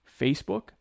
Facebook